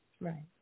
Right